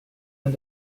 and